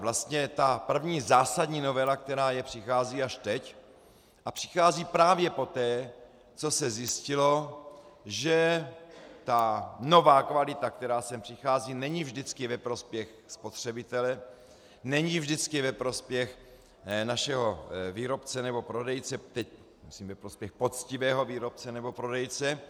Vlastně první zásadní novela, která je, přichází až teď a přichází právě poté, co se zjistilo, že nová kvalita, která sem přichází, není vždycky ve prospěch spotřebitele, není vždycky ve prospěch našeho výrobce nebo prodejce, teď myslím ve prospěch poctivého výrobce nebo prodejce.